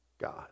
God